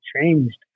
changed